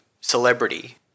celebrity